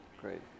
Great